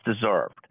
deserved